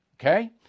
Okay